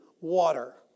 water